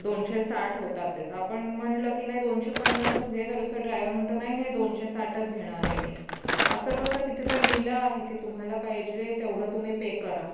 दोनशे साठ होतात आहेत आपण म्हटलं की नाही दोनशे पन्नासच घे तरी सुद्धा ड्रायव्हर म्हणतो नाही नाही दोनशे साठच घेणार आहे मी असं कसं तिथे तर लिहिलं आहे की तुम्हाला पाहिजे तेवढं तुम्ही पे करा